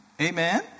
Amen